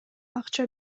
акча